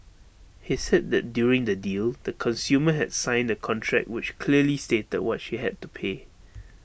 he said that during the deal the consumer had signed A contract which clearly stated what she had to pay